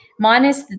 minus